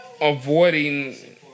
avoiding